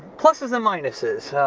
plusses and minuses.